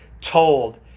told